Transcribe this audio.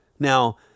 Now